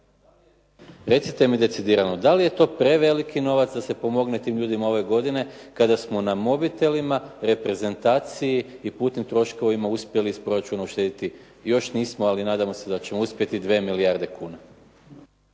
Recite mi decidirano, da li je to preveliki novac da se pomogne tim ljudima ove godine kada smo na mobitelima, reprezentaciji i putnim troškovima uspjeli iz proračuna uštediti, još nismo, ali nadamo se da ćemo uspjeti 2 milijarde kuna.